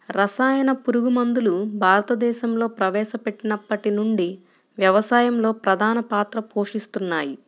రసాయన పురుగుమందులు భారతదేశంలో ప్రవేశపెట్టినప్పటి నుండి వ్యవసాయంలో ప్రధాన పాత్ర పోషిస్తున్నాయి